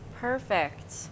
perfect